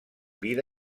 vida